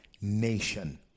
nation